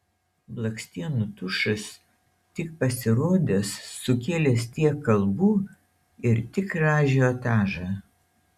blakstienų tušas tik pasirodęs sukėlęs tiek kalbų ir tikrą ažiotažą